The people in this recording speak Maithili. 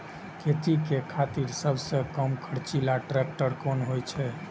खेती के खातिर सबसे कम खर्चीला ट्रेक्टर कोन होई छै?